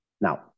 Now